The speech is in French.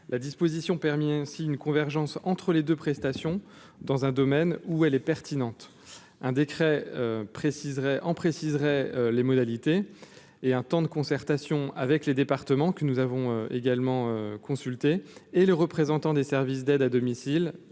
la disposition permis ainsi une convergence entre les 2 prestation dans un domaine où elle est pertinente : un décret précisera en préciserait les modalités et un temps de concertation avec les départements que nous avons également consulter et le représentant des services d'aide à domicile